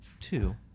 two